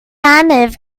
arnav